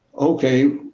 okay,